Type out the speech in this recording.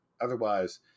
otherwise